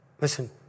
Listen